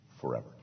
forever